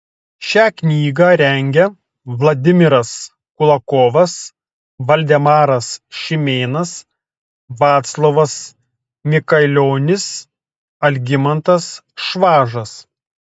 šią knygą rengia vladimiras kulakovas valdemaras šimėnas vaclovas mikailionis algimantas švažas